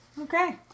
Okay